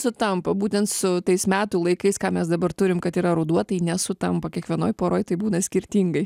sutampa būtent su tais metų laikais ką mes dabar turim kad yra ruduo tai nesutampa kiekvienoj poroj tai būna skirtingai